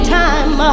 time